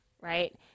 right